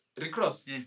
Recross